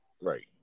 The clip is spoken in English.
Right